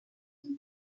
son